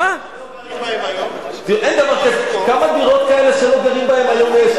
מה עם דירות שלא גרים בהן היום?